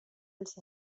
als